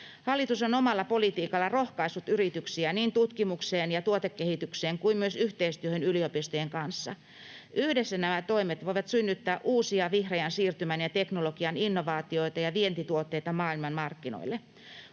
Hallitus on omalla politiikallaan rohkaissut yrityksiä niin tutkimukseen ja tuotekehityksen kuin myös yhteistyöhön yliopistojen kanssa. Yhdessä nämä toimet voivat synnyttää uusia vihreän siirtymän ja teknologian innovaatioita ja vientituotteita maailmanmarkkinoille.